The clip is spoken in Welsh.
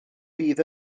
fydd